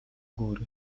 góry